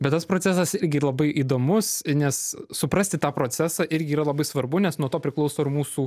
bet tas procesas irgi labai įdomus nes suprasti tą procesą irgi yra labai svarbu nes nuo to priklauso ir mūsų